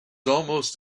almost